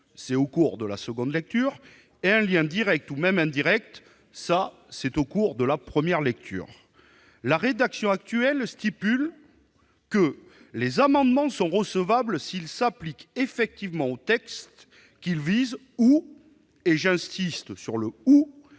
au cours de la seconde lecture -, et un lien direct ou même indirect- au cours de la première lecture. La rédaction actuelle prévoit que « les amendements sont recevables s'ils s'appliquent effectivement au texte qu'ils visent ou- et j'insiste sur ce